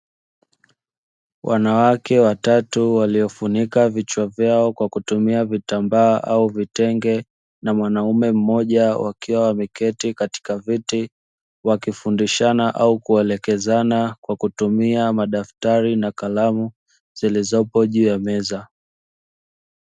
Wanawake watatu waliofunika vichwa vyao kwa kutumia vitambaa au vitenge, mwnaume mmoja aliketi katika viti wakifundishana kw kutumia madaftari na meza zilizopo juu ya meza.